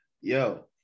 Yo